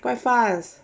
quite fast